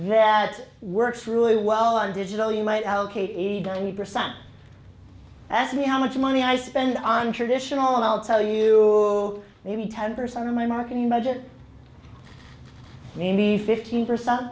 that works really well on digital you might allocate eagerly percent as me how much money i spend on traditional and i'll tell you maybe ten percent of my marketing budget maybe fifteen percent